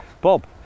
Bob